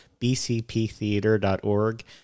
bcptheater.org